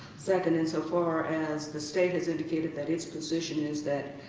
second, insofar as the state has indicated that its position is that